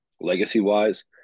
legacy-wise